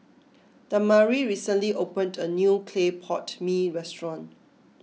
Damari recently opened a new Clay Pot Mee restaurant